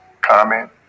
comment